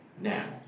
now